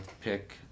pick